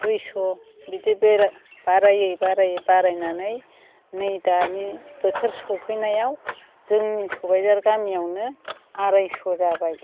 दुइस' बिदि बारायै बारायै बारायनानै नै दानि बोथोर सफैनायाव जोंनि सबायजार गामियावनो आरायस' जाबाय